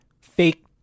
fake